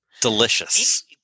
delicious